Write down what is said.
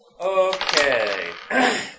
Okay